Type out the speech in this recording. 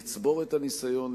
לצבור את הניסיון,